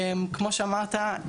כמו שאמרת,